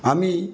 আমি